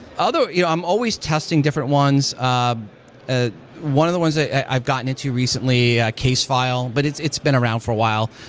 you know i'm always testing different ones. um ah one of the ones that i've gotten into recently ah case file, but it's it's been around for a while,